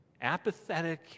apathetic